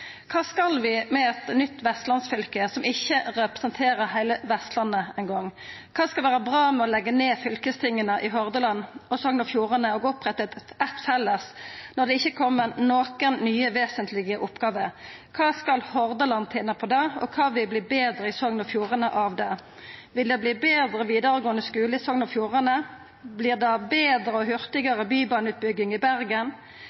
Kva skal vi med eit nytt Vestlands-fylke som ikkje representerer heile Vestlandet? Kva skal vera bra med å leggja ned fylkestinga i Hordaland og Sogn og Fjordane og oppretta eitt felles, når det ikkje har kome nokon nye, vesentlege oppgåver? Kva skal Hordaland vinna på det? Og kva vil verta betre i Sogn og Fjordane av det? Vil det verta betre vidaregåande skule i Sogn og Fjordane? Vil det verta betre og hurtigare bybaneutbygging i Bergen?